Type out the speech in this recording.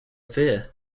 fear